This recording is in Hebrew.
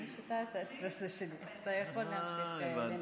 אני שותה את האספרסו שלי, אתה יכול להמשיך לנאום.